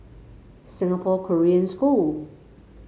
Singapore Korean School